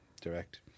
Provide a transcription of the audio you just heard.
direct